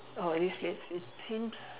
oh this place it seems